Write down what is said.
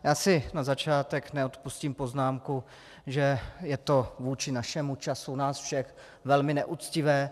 Já si na začátek neodpustím poznámku, že je to vůči našemu času, času nás všech velmi neuctivé.